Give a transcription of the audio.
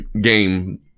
game